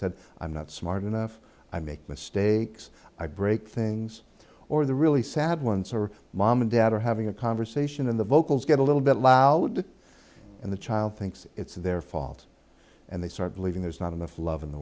said i'm not smart enough i make mistakes i break things or the really sad ones are mom and dad are having a conversation in the vocals get a little bit loud and the child thinks it's their fault and they start believing there's not enough love in the